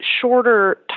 shorter